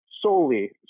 solely